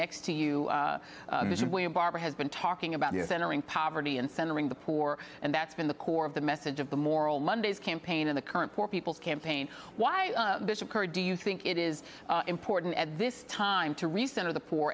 next to you when barbara has been talking about you is entering poverty and centering the poor and that's been the core of the message of the moral mondays campaign in the current poor people's campaign why do you think it is important at this time to reset of the poor